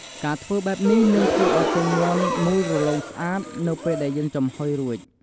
ការធ្វើបែបនេះនឹងធ្វើឲ្យពងមាន់មូលរលោងស្អាតនៅពេលយើងចំហុយរួច។